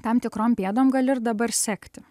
tam tikrom pėdom gali ir dabar sekti